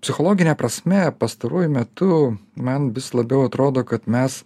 psichologine prasme pastaruoju metu man vis labiau atrodo kad mes